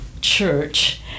Church